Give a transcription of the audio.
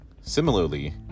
Similarly